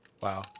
Wow